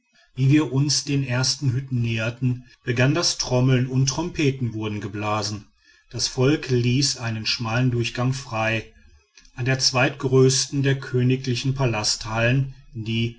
wie wir uns den ersten hütten näherten begann das trommeln und trompeten wurden geblasen das volk ließ einen schmalen durchgang frei an der zweitgrößten der königlichen palasthallen die